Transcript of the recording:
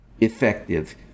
effective